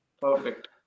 perfect